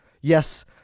yes